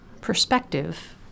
perspective